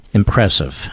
impressive